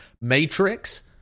Matrix